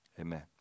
amen